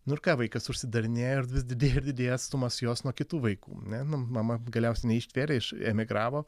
nu ir ką vaikas užsidarinėjo ir vis didėjo ir didėjo atstumas jos nuo kitų vaikų ne nu mama galiausiai neištvėrė iš emigravo